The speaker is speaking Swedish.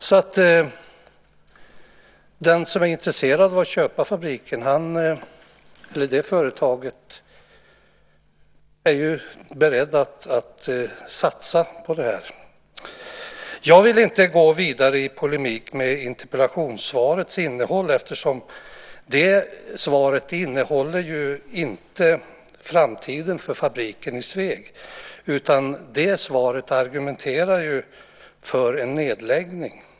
Det företag som är intresserat av att köpa fabriken är ju berett att satsa på det här. Jag vill inte gå vidare i polemik med interpellationssvarets innehåll eftersom det svaret inte innehåller framtiden för fabriken i Sveg. Det svaret argumenterar ju för en nedläggning.